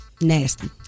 Nasty